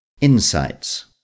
Insights